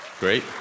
Great